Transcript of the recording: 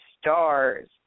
stars